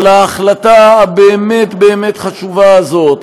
על ההחלטה הבאמת-באמת חשובה הזאת,